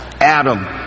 Adam